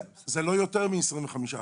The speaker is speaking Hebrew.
זה לא יותר מ-25%,